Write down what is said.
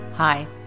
Hi